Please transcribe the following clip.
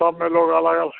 सब में लोग अलग अलग